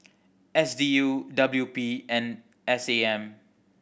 S D U W P and S A M